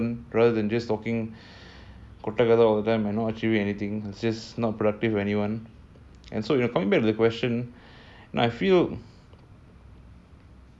rather than just talking மொத்தகத:motha katha all the time and just not achieving anything just not productive to anyone and so coming back to the question I feel